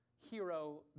hero